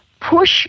push